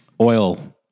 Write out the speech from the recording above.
oil